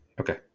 Okay